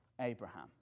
Abraham